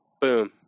boom